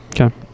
Okay